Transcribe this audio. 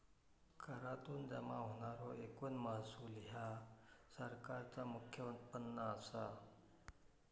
करातुन जमा होणारो एकूण महसूल ह्या सरकारचा मुख्य उत्पन्न असा